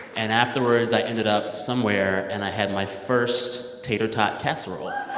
and afterwards, i ended up somewhere. and i had my first tater tot casserole it